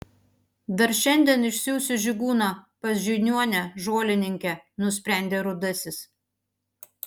dar šiandien išsiųsiu žygūną pas žiniuonę žolininkę nusprendė rudasis